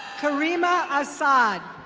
karima assad.